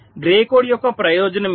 grey code యొక్క ప్రయోజనం ఇది